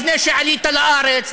לפני שעלית לארץ,